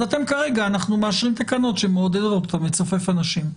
אז אתם כרגע מאשרים תקנות שמעודדות אותם לצופף אנשים,